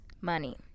Money